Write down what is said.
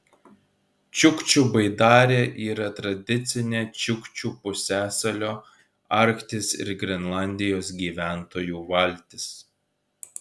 čiukčių baidarė yra tradicinė čiukčių pusiasalio arkties ir grenlandijos gyventojų valtis